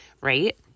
right